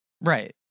Right